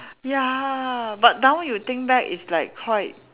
ya but now you think back it's like quite